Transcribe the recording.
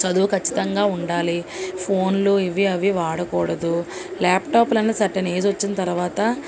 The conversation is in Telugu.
చదువు ఖచ్చితంగా ఉండాలి ఫోన్లు ఇవి అవి వాడకూడదు లాప్టాప్లన్న సర్టెన్ ఏజ్ వచ్చిన తర్వాత